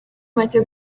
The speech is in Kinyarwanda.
make